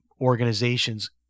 organizations